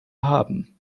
haben